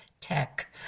Tech